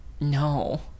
no